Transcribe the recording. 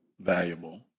valuable